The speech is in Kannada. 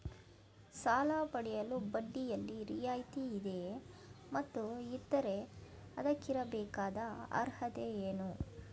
ಸಾಲ ಪಡೆಯಲು ಬಡ್ಡಿಯಲ್ಲಿ ರಿಯಾಯಿತಿ ಇದೆಯೇ ಮತ್ತು ಇದ್ದರೆ ಅದಕ್ಕಿರಬೇಕಾದ ಅರ್ಹತೆ ಏನು?